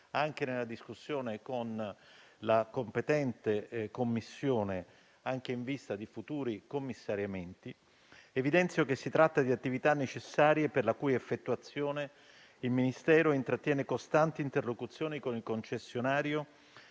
nella discussione con la competente Commissione, anche in vista di futuri commissariamenti, evidenzio che si tratta di attività necessarie per la cui effettuazione il Ministero intrattiene costanti interlocuzioni con il concessionario